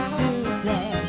today